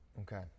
Okay